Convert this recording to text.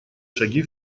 шаги